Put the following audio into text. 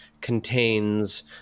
contains